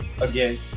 again